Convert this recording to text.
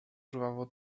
żwawo